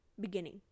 beginning